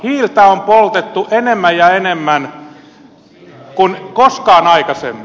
hiiltä on poltettu enemmän ja enemmän kuin koskaan aikaisemmin